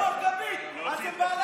רוח גבית, אז הם בעלי הבית פה.